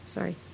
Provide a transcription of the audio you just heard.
Sorry